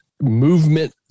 movement